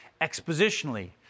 expositionally